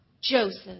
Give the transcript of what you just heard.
Joseph